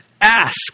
Ask